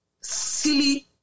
silly